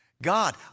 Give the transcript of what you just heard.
God